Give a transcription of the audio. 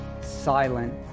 silent